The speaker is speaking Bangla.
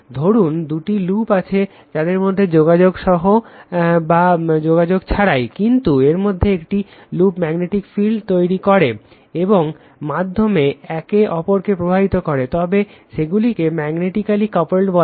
ধরুন দুটি লুপ আছে তাদের মধ্যে যোগাযোগ সহ বা যোগাযোগ ছাড়াই কিন্তু এর মধ্যে একটি লুপ ম্যাগনেটিক ফিল্ড তৈরি করে এবং তার মাধ্যমে একে অপরকে প্রভাবিত করে তবে সেগুলিকে ম্যাগনেটিকালি কাপল্ড বলা হয়